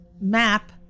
map